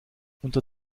unter